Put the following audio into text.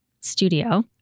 studio